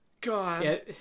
God